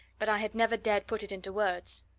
but i had never dared put it into words.